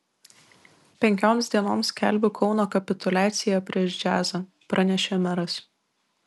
penkioms dienoms skelbiu kauno kapituliaciją prieš džiazą pranešė meras